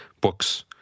books